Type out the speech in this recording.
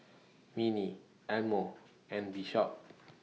Minnie Elmo and Bishop